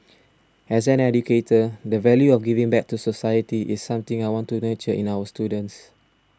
as an educator the value of giving back to society is something I want to nurture in our students